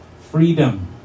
freedom